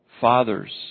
fathers